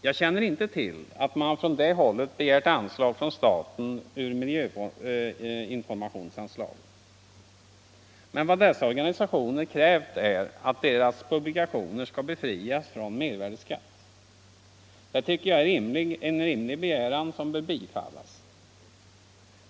Jag känner inte till att man från det hållet har begärt anslag av staten ur miljöinformationsanslaget. Men vad dessa organisationer har krävt är att deras publikationer skall befrias från mervärdeskatt. Det tycker jag är en rimlig begäran som bör bifallas.